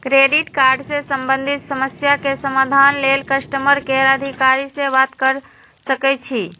credit card से संबंधित समस्या के समाधान लेल कस्टमर केयर अधिकारी से बात कर सकइछि